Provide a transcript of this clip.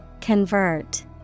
Convert